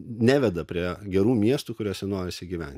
neveda prie gerų miestų kuriuose norisi gyventi